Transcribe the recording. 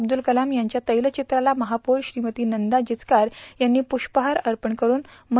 अब्दुत कलाम यांच्या तैलचित्राला महापौर श्रीमती नंदा जिचकार यांनी पुष्पहार अर्पण करुन म